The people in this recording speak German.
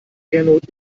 gernot